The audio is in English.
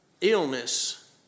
illness